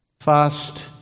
Fast